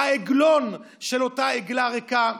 העגלון של אותה עגלה ריקה.